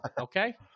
okay